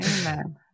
Amen